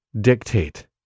dictate